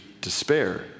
despair